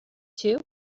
too